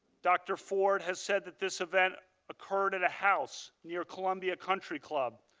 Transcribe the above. dr. ford has said that this event occurred at a house near columbia country club,